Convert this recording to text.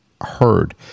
heard